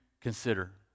consider